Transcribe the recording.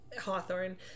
Hawthorne